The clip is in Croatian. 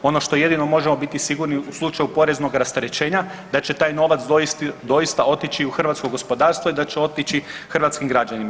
Ono što jedino možemo biti sigurni u slučaju poreznog rasterećenja da će taj novac doista otići u hrvatsko gospodarstvo i da će otići hrvatskim građanima.